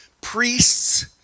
Priests